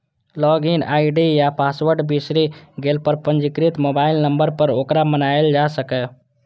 log in ID या password बिसरि गेला पर पंजीकृत मोबाइल नंबर पर ओकरा मंगाएल जा सकैए